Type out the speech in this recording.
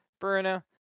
Bruno